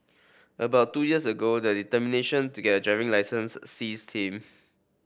about two years ago the determination to get a driving licence seized him